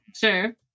Sure